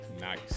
Nice